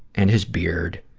and his beard,